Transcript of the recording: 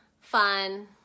fun